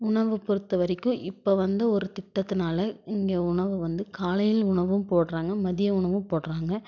உணவு பொறுத்தவரைக்கும் இப்போ வந்து ஒரு திட்டத்துனால் இங்கே உணவு வந்து காலைலேயும் உணவும் போடுறாங்க மதிய உணவும் போடுறாங்க